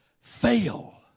fail